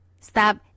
Stop